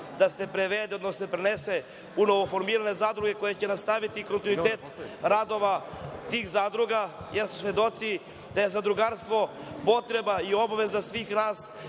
da se prevede, odnosno da se prenese u novoformirane zadruge koje će nastaviti krupnitet radova tih zadruga, jer smo svedoci da je zadrugarstvo potreba i obaveza svih nas,